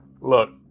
Look